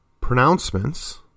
pronouncements